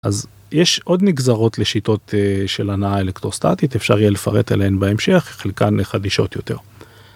אז יש עוד נגזרות לשיטות של הנעה האלקטרוסטטית, אפשר יהיה לפרט עליהן בהמשך, חלקן חדישות יותר.